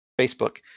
Facebook